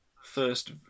first